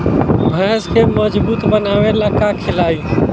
भैंस के मजबूत बनावे ला का खिलाई?